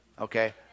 okay